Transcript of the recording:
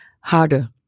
harder